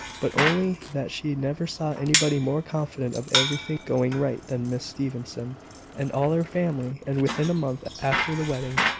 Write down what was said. but only that she never saw anybody more confident of everything going right than miss stevenson and all her family and within a month after the wedding,